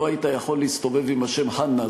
לא היית יכול להסתובב עם השם חנא,